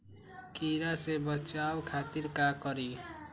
कीरा से बचाओ खातिर का करी?